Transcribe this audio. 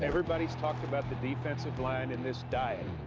everybody's talked about the defensive line and this diet.